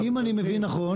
אם אני מבין נכון,